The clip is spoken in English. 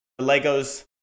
Legos